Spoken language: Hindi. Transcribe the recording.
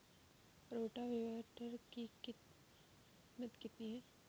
रोटावेटर की कीमत कितनी है?